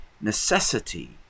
necessity